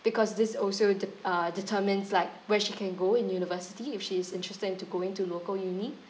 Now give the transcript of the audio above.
because this also the p~ uh determines like where she can go in university if she is interested into going to local uni